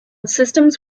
systems